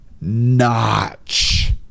notch